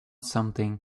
something